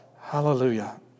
Hallelujah